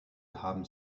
ham